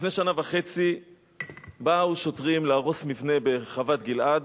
לפני שנה וחצי באו שוטרים להרוס מבנה בחוות-גלעד